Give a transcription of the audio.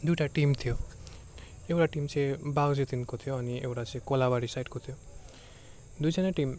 दुईवटा टिम थियो एउटा टिम चाहिँ बाघाजोतिनको थियो अनि एउटा चाहिँ कोलाबारी साइडको थियो दुईवटा नै टिम